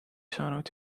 saanud